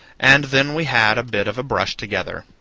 and then we had a bit of a brush together.